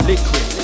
Liquid